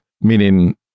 meaning